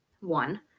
One